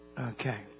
Okay